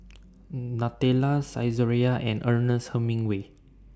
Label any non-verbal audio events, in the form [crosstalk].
[noise] Nutella Saizeriya and Ernest Hemingway